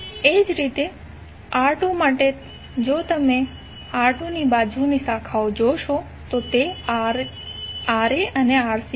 એ જ રીતે R2 માટે જો તમે R2 ની બાજુની શાખાઓ જોશો તો તે Rc અને Ra છે